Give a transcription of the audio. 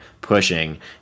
pushing